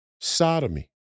sodomy